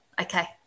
Okay